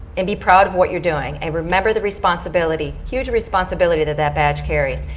and be proud of what you're doing and remember the responsibility. huge responsibility to that badge carries.